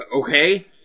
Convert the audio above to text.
Okay